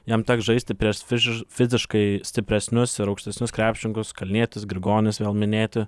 jam teks žaisti prieš fižiš fiziškai stipresnius ir aukštesnius krepšininkus kalnietis grigonis vėl minėti